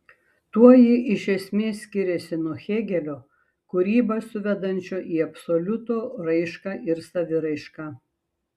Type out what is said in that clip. tuo ji iš esmės skiriasi nuo hėgelio kūrybą suvedančio į absoliuto raišką ir saviraišką